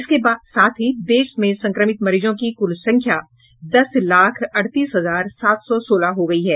इसके साथ ही देश में संक्रमित मरीजों की कुल संख्या दस लाख अड़तीस हजार सात सौ सोलह हो गई है